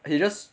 and he just